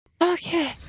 Okay